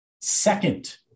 Second